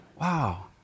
wow